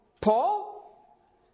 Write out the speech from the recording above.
Paul